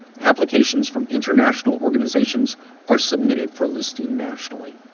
applications from international organizations are submitted for listing nationally.